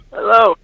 Hello